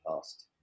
past